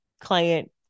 client